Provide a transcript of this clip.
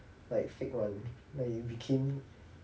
like fake [one] like you became